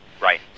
right